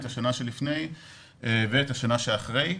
את השנה שלפני ואת השנה שאחרי.